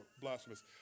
blasphemous